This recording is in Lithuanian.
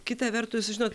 kita vertus žinot